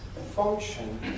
function